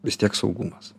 vis tiek saugumas